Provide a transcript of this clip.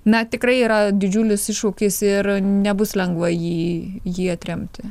na tikrai yra didžiulis iššūkis ir nebus lengva jį jį atremti